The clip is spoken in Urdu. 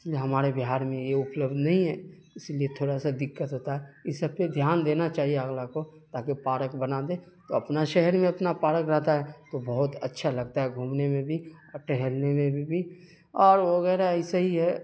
اس لیے ہمارے بہار میں یہ اپلبدھ نہیں ہے اس لیے تھوڑا سا دقت ہوتا ہے یہ سب پہ دھیان دینا چاہیے اگلا کو تاکہ پارک بنا دے تو اپنا شہر میں اپنا پارک رہتا ہے تو بہت اچھا لگتا ہے گھومنے میں بھی اور ٹہلنے میں بھی اور وغیرہ ایسے ہی ہے